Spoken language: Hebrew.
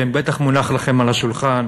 שבטח מונח לכם על השולחן,